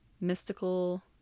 mystical